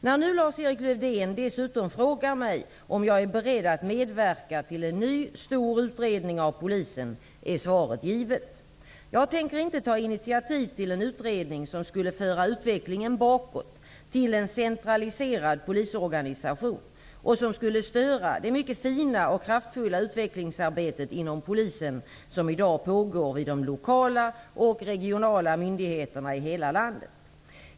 När nu Lars-Erik Lövdén dessutom frågar mig om jag är beredd att medverka till en ny stor utredning av Polisen är svaret givet. Jag tänker inte ta initiativ till en utredning som skulle föra utvecklingen bakåt till en centraliserad polisorganisation och som skulle störa det mycket fina och kraftfulla utvecklingsarbete inom Polisen som i dag pågår vid de lokala och regionala myndigheterna i hela landet.